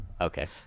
okay